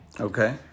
Okay